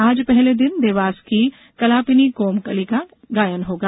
आज पहले दिन देवास की कलापिनी कोमकली का गायन होगा